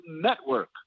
network